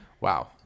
wow